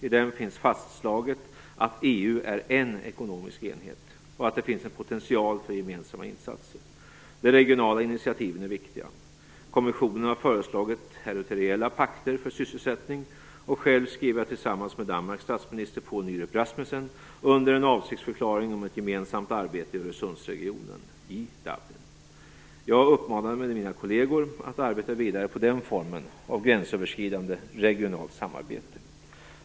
I den finns fastslaget att EU är en ekonomisk enhet och att det finns en potential för gemensamma insatser. De regionala initiativen är viktiga. Kommissionen har föreslagit territoriella pakter för sysselsättning, och själv skrev jag tillsammans med Danmarks statsminister Poul Nyrup Rasmussen under en avsiktsförklaring om ett gemensamt arbete i Öresundsregionen. Jag uppmanade mina kolleger att arbeta vidare på den formen av gränsöverskridande regionalt samarbete.